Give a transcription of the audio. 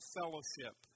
fellowship